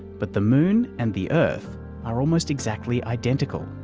but the moon and the earth are almost exactly identical.